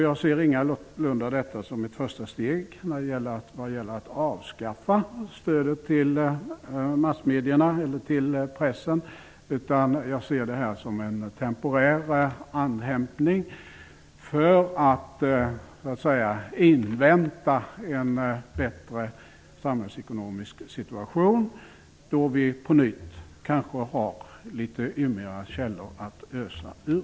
Jag ser ingalunda detta som ett första steg för att avskaffa stödet till massmedierna eller till pressen utan ser det som en temporär andhämtning för att invänta en bättre samhällsekonomisk situation, då vi kanske på nytt har litet ymnigare källor att ösa ur.